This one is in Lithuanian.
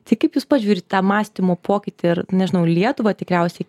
tai kaip jūs pats žiūrit tą mąstymo pokytį ir nežinau lietuvą tikriausiai